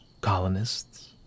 colonists